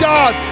God